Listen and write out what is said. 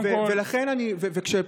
שוב,